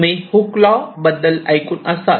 तुम्ही Hooke law Hooke's law बद्दल ऐकून असाल